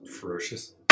ferocious